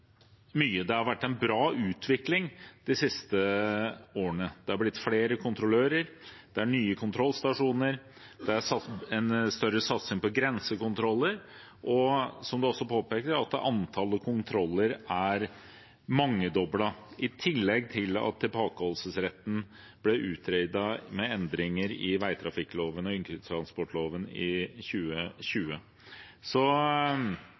mye. Det har vært en bra utvikling de siste årene. Det er blitt flere kontrollører, det er nye kontrollstasjoner, det er større satsing på grensekontroller, og, som det også påpekes, er antallet kontroller mangedoblet – i tillegg til at tilbakeholdsretten ble utredet med endringer i veitrafikkloven og yrkestransportloven i